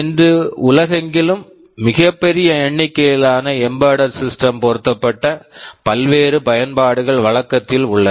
இன்று உலகெங்கிலும் மிகப் பெரிய எண்ணிக்கையிலான எம்பெடெட் சிஸ்டம்ஸ் embedded systems பொருத்தப்பட்ட பல்வேறு பயன்பாடுகள் வழக்கத்தில் உள்ளன